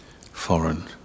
foreign